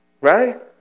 right